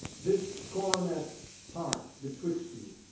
this coronet part betwixt you.